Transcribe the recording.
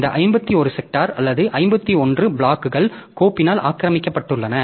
இந்த 51 செக்டார் அல்லது 51 பிளாக்கள் கோப்பினால் ஆக்கிரமிக்கப்பட்டுள்ளன